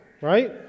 right